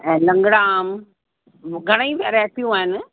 ऐं लंगड़ा आम घणेई वैराटियूं आहिनि